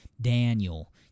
Daniel